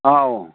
ꯑꯧ